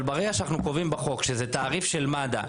אבל ברגע שנקבע בחוק שזה תעריף של מד"א,